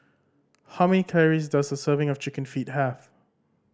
how many calories does a serving of Chicken Feet have